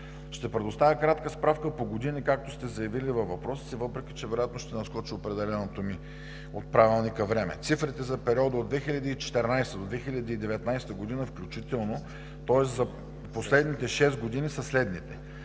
Ще предоставя кратка справка по години, както сте заявили във въпроса си, въпреки че вероятно ще надскоча определеното ми от Правилника време. Цифрите за периода от 2014-а до 2019 г. включително, тоест за последните шест години, са следните: